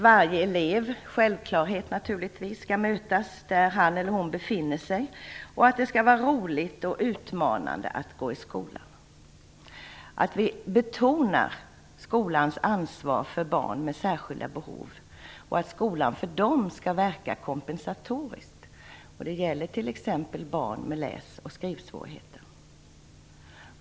Varje elev skall självfallet mötas där han eller hon befinner sig, och det skall vara roligt och utmanande att gå i skolan. Vi betonar skolans ansvar för barn med särskilda behov och att skolan för dem skall verka kompensatoriskt. Det gäller t.ex. barn med läs och skrivsvårigheter.